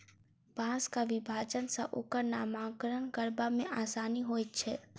बाँसक विभाजन सॅ ओकर नामकरण करबा मे आसानी होइत छै